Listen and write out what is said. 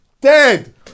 Dead